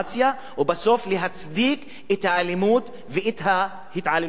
ובסוף להצדיק את האלימות ואת ההתעללות כלפיו.